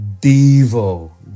devil